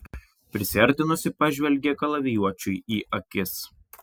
prisiartinusi pažvelgė kalavijuočiui į akis